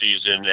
season